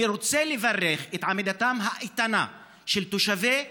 אני רוצה לברך את עמידתם האיתנה של תושבי אל-משהד,